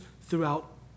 throughout